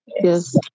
Yes